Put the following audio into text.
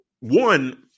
one